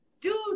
Dude